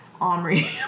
Omri